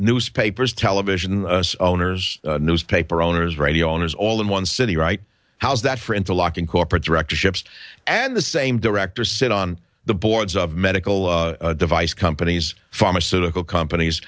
newspapers television owners newspaper owners radio owners all in one city right how's that for interlocking corporate directorships and the same directors sit on the boards of medical device companies pharmaceutical companies